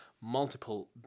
multiple